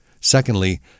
Secondly